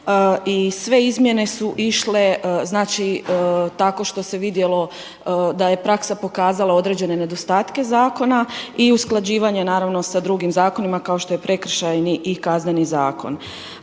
i sve izmjene su išle znači tako što se vidjelo da je praksa pokazala određene nedostatke zakona i usklađivanje naravno sa drugim zakonima kao što je Prekršajni i Kazneni zakon.